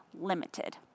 limited